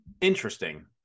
Interesting